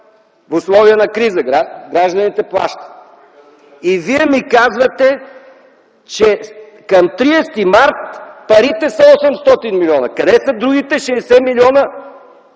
в условия на криза, гражданите плащат. И Вие ми казвате, че към 31 март парите са 800 милиона. Къде са другите 60 милиона?